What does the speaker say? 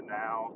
now